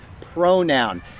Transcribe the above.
pronoun